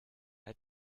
hat